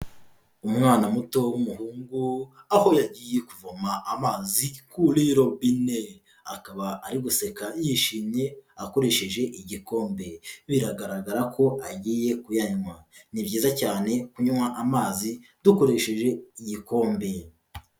Umwana muto w'umuhungu aho yagiye kuvoma amazi kuri robine, akaba ari guseka yishimye akoresheje igikombe biragaragara ko agiye kuyanywa, ni byiza cyane kunywa amazi dukoresheje igikombe.